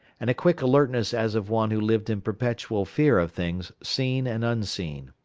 and a quick alertness as of one who lived in perpetual fear of things seen and unseen.